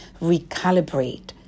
recalibrate